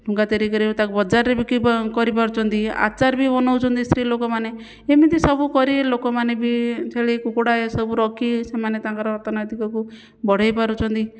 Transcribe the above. ଠୁଙ୍ଗା ତିଆରି କରି ତାକୁ ବଜାରରେ ବିକ୍ରି କରିପାରୁଛନ୍ତି ଆଚାର ବି ବନାଉଛନ୍ତି ସ୍ତ୍ରୀ ଲାେକମାନେ ଏମିତି ସବୁ କରି ଲୋକମାନେ ବି ଛେଳି କୁକୁଡ଼ା ଏଇସବୁ ରଖି ସେମାନେ ତାଙ୍କର ଅର୍ଥନୈତିକକୁ ବଢ଼ାଇ ପାରୁଛନ୍ତି